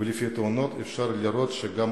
אבל לפי התאונות אפשר לראות שגם